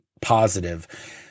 positive